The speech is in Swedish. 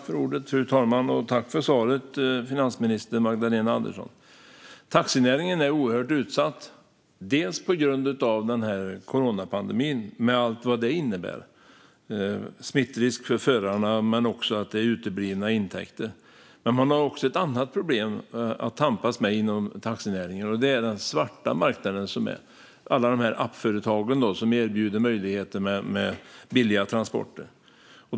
Fru talman! Jag tackar finansminister Magdalena Andersson för svaret. Taxinäringen är oerhört utsatt, dels på grund av coronapandemin, med allt vad den innebär av smittrisk för förarna och uteblivna intäkter, dels på grund av ett annat problem man har att tampas med inom taxinäringen, nämligen den svarta marknaden och alla appföretag som erbjuder möjligheter till billiga transporter.